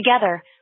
Together